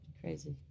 Crazy